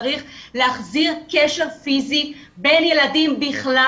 צריך להחזיר קשר פיזי בין ילדים בכלל